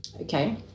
Okay